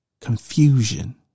Confusion